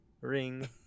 ring